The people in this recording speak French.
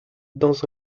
dans